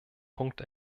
punkt